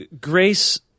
Grace –